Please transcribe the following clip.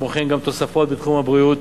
כמו כן גם תוספת בתחום הבריאות